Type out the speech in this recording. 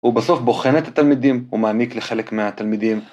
ובסוף בוחן את התלמידים ומעניק לחלק מהתלמידים.